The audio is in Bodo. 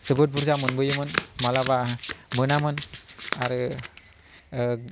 जोबोद बुरजा मोनबोयोमोन माब्लाबा मोनामोन आरो